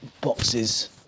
boxes